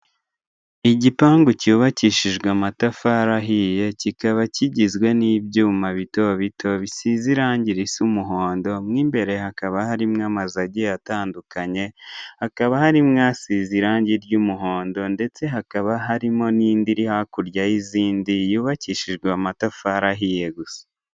Igipangu cyubakishijwe amatafari ahiye, kikaba kigizwe n'ibyuma bito bito, bisize irangi risa umuhondo. Mw'imbere hakaba harimo amazu agiye atandukanye, hakaba harimo asize irangi ry'umuhondo, ndetse hakaba harimo n'indi iri hakurya y'izindi, yubakishijwe amatafari ahiye gusa.